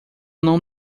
não